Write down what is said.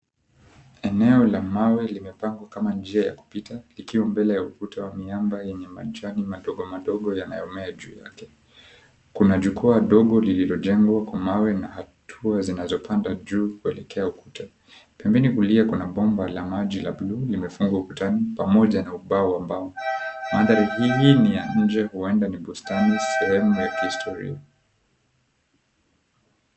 Eneo la mawe limepangwa kama njia ya kupita ikiwa mbele ya ukuta wa miamba yenye majani madogo madogo yanayomea juu yake. Kuna jukwaa dogo lililojengwa kwa mawe na hatua zinazopanda juu kuelekea ukuta. Pembeni kulia kuna bomba la maji la buluu limefungwa ukutani pamoja na ubao wa mbao. Mandhari hii ni ya nje, uwanda ni bustani, sehemu ya kihistoria.